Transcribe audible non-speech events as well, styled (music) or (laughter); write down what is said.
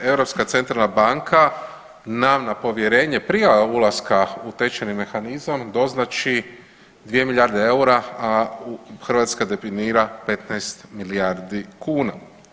Europska centralna banka nam na povjerenje prije ulaska u tečajni mehanizam doznači 2 milijarde eura, a Hrvatska … (unintelligible) 15 milijardi kuna.